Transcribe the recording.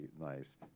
nice